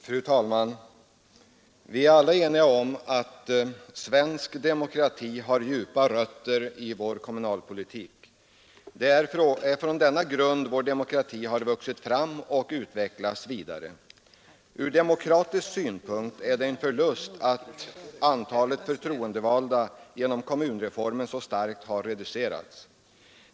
Fru talman! Vi är alla eniga om att svensk demokrati har djupa rötter i vår kommunalpolitik. Det är ur denna grund vår demokrati har vuxit fram och utvecklats vidare. Från demokratisk synpunkt är det en förlust att antalet förtroendevalda genom kommunreformen har reducerats så starkt.